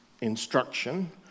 instruction